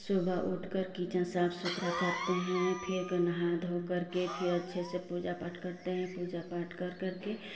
सुबह उठ कर किचन साफ सुथरा करते हैं फिर के नहा धो करके फिर के अच्छे से पूजा पाठ करते हैं पूजा पाठ कर कर के